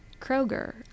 Kroger